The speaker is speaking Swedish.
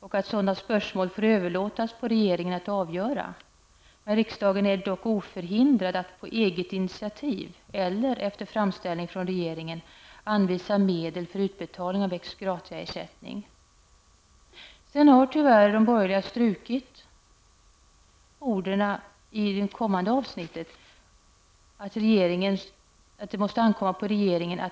Även sådana spörsmål får överlåtas på regeringen att avgöra. Riksdagen är dock oförhindrad att -- på eget initiativ eller efter framställning från regeringen -- anvisa medel för utbetalning av ex gratia-ersättning.'' I följande avsnitt skriver utskottsmajoriteten att ''det måste ankomma på regeringen att bedöma huruvida och med vilket belopp ersättning bör utges.''